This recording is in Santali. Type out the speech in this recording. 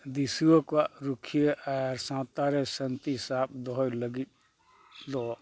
ᱫᱤᱥᱣᱟᱹ ᱠᱚᱣᱟᱜ ᱨᱩᱠᱷᱤᱭᱟᱹ ᱟᱨ ᱥᱟᱶᱛᱟ ᱨᱮ ᱥᱟᱹᱱᱛᱤ ᱥᱟᱵ ᱫᱚᱦᱚᱭ ᱞᱟᱹᱜᱤᱫ ᱫᱚ